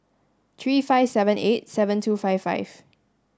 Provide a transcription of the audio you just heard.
three five seven eight seven two five five